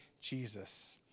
Jesus